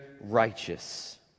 righteous